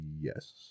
yes